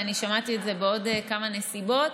ואני שמעתי את זה בעוד כמה נסיבות.